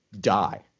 die